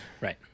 Right